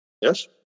Yes